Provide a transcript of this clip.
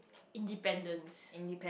independents